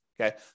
Okay